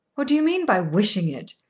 what do you mean by wishing it?